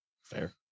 Fair